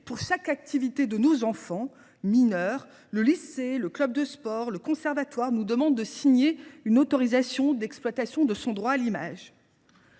dans chacune des activités de nos enfants mineurs, le lycée, le club de sport, ou le conservatoire nous demandent de signer une autorisation d’exploitation de leur droit à l’image.